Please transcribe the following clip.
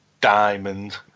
diamond